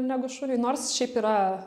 negu šuniui nors šiaip yra